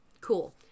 Cool